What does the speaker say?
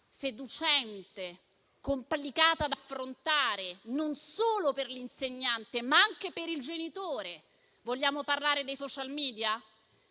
seducente e complicata da affrontare non solo per l'insegnante, ma anche per il genitore: vogliamo parlare dei *social media*,